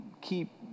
keep